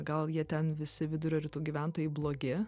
gal jie ten visi vidurio rytų gyventojai blogi